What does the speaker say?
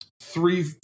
three